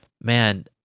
man